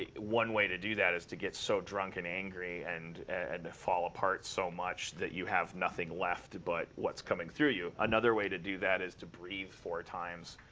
one way to do that is to get so drunk and angry, and and fall apart so much, that you have nothing left but what's coming through you. another way to do that is to breathe four times.